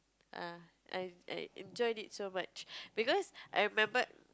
ah I I enjoyed it so much because I remember